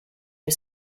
you